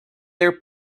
their